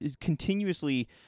continuously